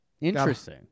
Interesting